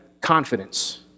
confidence